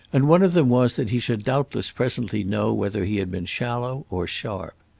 and one of them was that he should doubtless presently know whether he had been shallow or sharp.